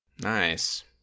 Nice